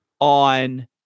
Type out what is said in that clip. on